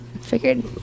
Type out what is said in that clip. figured